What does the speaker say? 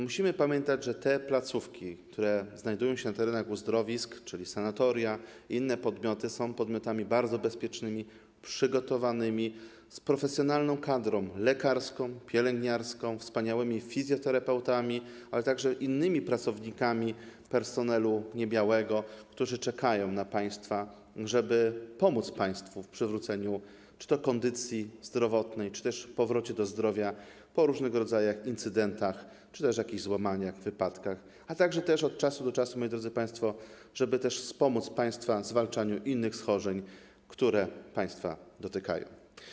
Musimy pamiętać, że te placówki, które znajdują się na terenach uzdrowisk, czyli sanatoria i inne podmioty, są podmiotami bardzo bezpiecznymi, przygotowanymi, z profesjonalną kadrą lekarską, pielęgniarską, wspaniałymi fizjoterapeutami, ale także innymi pracownikami personelu nie białego, którzy czekają na państwa, żeby pomóc państwu w przywróceniu kondycji czy w powrocie do zdrowia po różnego rodzaju incydentach lub jakichś złamaniach, wypadkach, a także od czasu do czasu, moi drodzy państwo, żeby też wspomóc państwa w zwalczaniu innych schorzeń, które państwa dotykają.